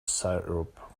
syrup